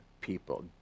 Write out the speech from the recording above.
people